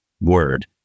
Word